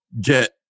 get